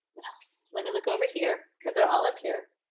what else? let me look over here cause they're all up here.